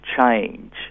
change